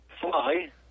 fly